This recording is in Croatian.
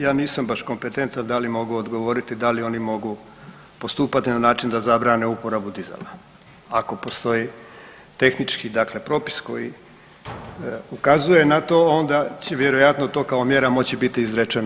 Ja nisam baš kompetentan da li mogu odgovoriti da li oni mogu postupati na način da zabrane uporabu dizala, ako postoji tehnički dakle propis koji ukazuje na to, onda će vjerojatno to kao mjera moći biti izrečeno.